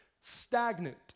stagnant